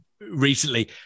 recently